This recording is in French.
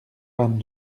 vingt